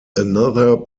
another